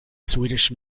swedish